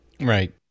Right